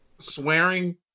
Swearing